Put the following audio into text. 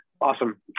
Awesome